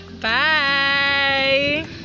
Bye